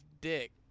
dick